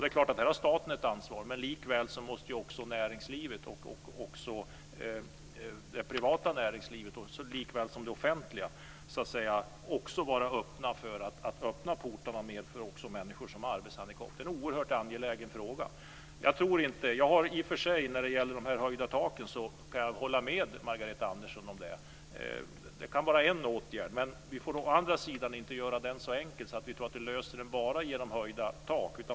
Det är klart att staten har ett ansvar, men här måste också det privata näringslivet, likaväl som det offentliga, vara villigt att öppna portarna mer för människor som har arbetshandikapp. Det är en oerhört angelägen fråga. I och för sig kan jag hålla med Margareta Andersson när det gäller de höjda taken. Det kan vara en åtgärd, men vi får inte göra det så enkelt att vi tror att vi löser problemet bara genom höjda tak.